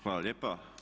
Hvala lijepa.